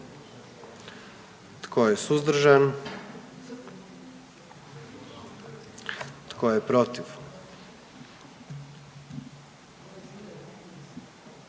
Tko je suzdržan? I tko je protiv?